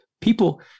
People